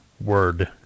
Word